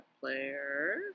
player